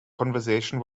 conversation